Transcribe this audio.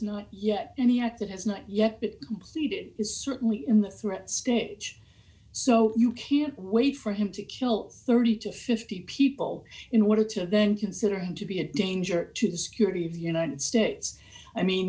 not yet any act that has not yet been completed is certainly in the threat stage so you can't wait for him to kill thirty to fifty people in order to then consider him to be a danger to the security of the united states i mean